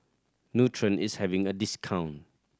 nutren is having a discount